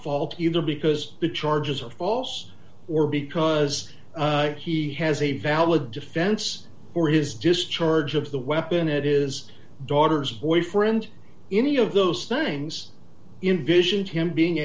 fault either because the charges are false or because he has a valid defense for his discharge of the weapon it is daughter's boyfriend any of those things in vision to him being